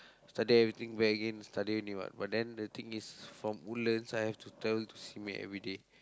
study everything back again study only what but then the thing is from Woodlands I have to travel to Simei every day